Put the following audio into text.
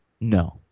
No